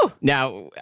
Now